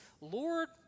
Lord